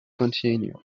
continued